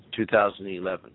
2011